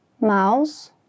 mouse